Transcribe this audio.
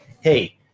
hey